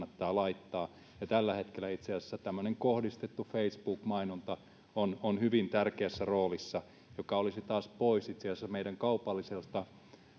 kannattaa laittaa ja tällä hetkellä itse asiassa tämmöinen kohdistettu facebook mainonta on on hyvin tärkeässä roolissa mikä olisi taas pois itse asiassa meidän kaupalliselta